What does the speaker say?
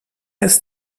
ist